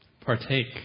partake